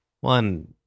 one